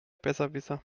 besserwisser